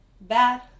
bad